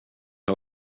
her